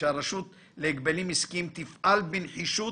שהרשות להגבלים עסקיים תפעל בנחישות,